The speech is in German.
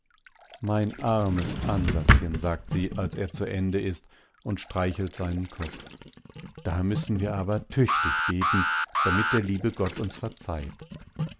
mein armes ansaschen sagt sie als er zu ende ist und streichelt seinen kopf da müssen wir aber tüchtig beten damit der liebe gott uns verzeiht